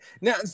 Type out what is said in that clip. now